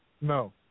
No